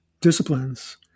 disciplines